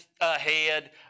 ahead